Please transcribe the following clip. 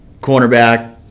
cornerback